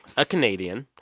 a canadian,